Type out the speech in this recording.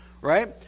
right